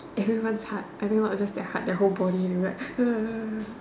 everyone's heart everyone not just their heart their whole body will be like